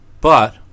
But